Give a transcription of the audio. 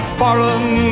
foreign